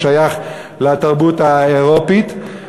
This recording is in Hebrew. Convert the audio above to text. הוא שייך לתרבות האירופית,